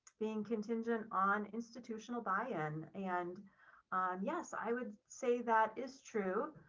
being contingent on institutional buy in and yes, i would say that is true.